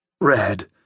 Red